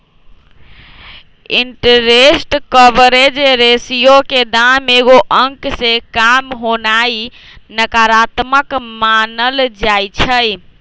interest coverage ratio के दाम एगो अंक से काम होनाइ नकारात्मक मानल जाइ छइ